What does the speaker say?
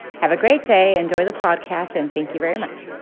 have a great day. enjoy the podcast, and thank you very much